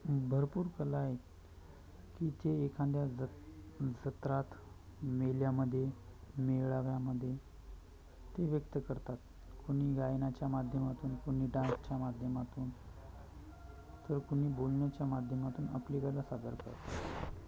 भरपूर कला आहेत की ते एखाद्या ज जत्रात मेळ्यामध्ये मेळाव्यामध्ये ते व्यक्त करतात कुणी गायनाच्या माध्यमातून कोणी डान्सच्या माध्यमातून तर कुणी बोलण्याच्या माध्यमातून आपली कला सादर करतात